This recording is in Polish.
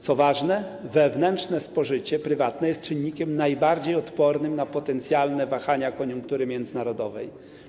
Co ważne, wewnętrzne spożycie, prywatne, jest czynnikiem najbardziej odpornym na potencjalne wahania koniunktury międzynarodowej.